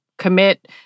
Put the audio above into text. commit